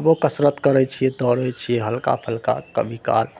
आबो कसरत करै छियै दौड़े छियै हल्का फल्का कभी काल